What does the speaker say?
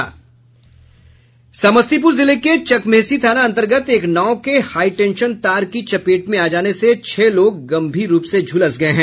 समस्तीपुर जिले के चकमेहशी थाना अंतर्गत एक नाव के हाईटेंशन तार के चपेट में आ जाने से छह लोग गंभीर रूप से झुलस गये हैं